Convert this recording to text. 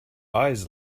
eyes